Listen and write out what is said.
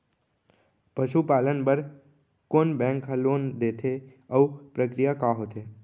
पसु पालन बर कोन बैंक ह लोन देथे अऊ प्रक्रिया का होथे?